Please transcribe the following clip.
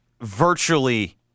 virtually